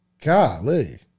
Golly